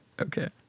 Okay